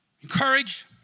encourage